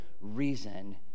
reason